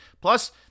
plus